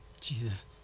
Jesus